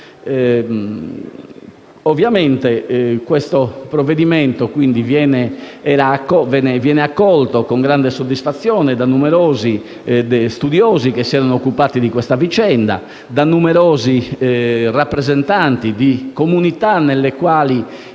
Ovviamente il provvedimento viene accolto con grande soddisfazione da numerosi studiosi che si erano occupati di questa vicenda e da numerosi rappresentanti di comunità interessate